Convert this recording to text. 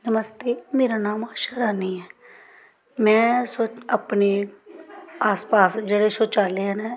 नमस्ते मेरा नाम आशा रानी ऐ में स अपने आस पास जेह्ड़े शौचालय न